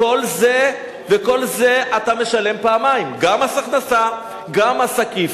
כל זה, אתה משלם פעמיים: גם מס הכנסה, גם מס עקיף.